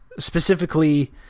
specifically